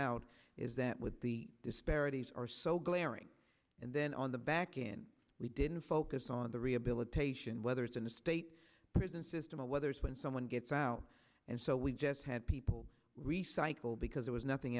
out is that with the disparities are so glaring and then on the back in we didn't focus on the rehabilitation whether it's in the state prison system or whether it's when someone gets out and so we just had people recycle because there was nothing